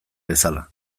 bezala